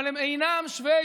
אבל הם אינם שווי